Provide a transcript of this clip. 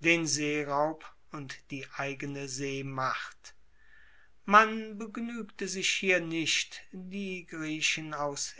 den seeraub und die eigene seemacht man begnuegte sich hier nicht die griechen aus